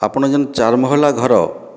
ଆପଣ ଯେନ୍ ଚାର୍ ମହଲା ଘର